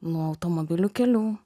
nuo automobilių kelių